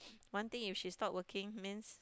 one thing if she stop working means